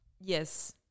Yes